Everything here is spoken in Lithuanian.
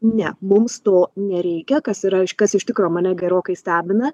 ne mums to nereikia kas yra kas iš tikro mane gerokai stebina